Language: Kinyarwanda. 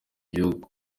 igihugu